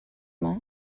yma